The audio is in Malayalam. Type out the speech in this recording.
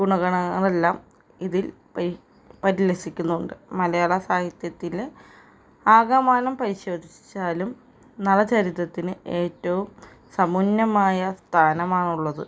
ഗുണഗണങ്ങളെല്ലാം ഇതിൽ പരിലസിക്കുന്നുണ്ട് മലയാള സാഹിത്യത്തിൽ ആകമാനം പരിശോധിച്ചാലും നളചരിതത്തിന് ഏറ്റവും സമുന്നമായ സ്ഥാനമാണുള്ളത്